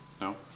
No